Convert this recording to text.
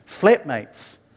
Flatmates